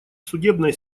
судебная